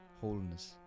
wholeness